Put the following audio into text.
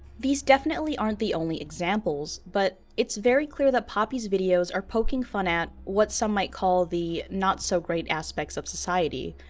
these definitely aren't the only examples but, it's very clear that poppy's videos are poking fun at what some might call the not so great aspects of society.